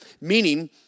meaning